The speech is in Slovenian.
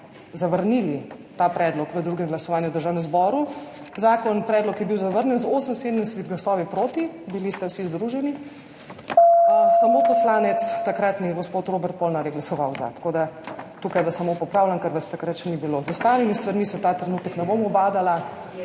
zavrnili ta predlog v drugem glasovanju v Državnem zboru. Predlog je bil zavrnjen z 78 glasovi proti, vsi ste bili združeni, samo takratni poslanec gospod Robert Polnar je glasoval za. Tako da, tukaj vas samo popravljam, ker vas takrat še ni bilo. Z ostalimi stvarmi se ta trenutek ne bom ubadala.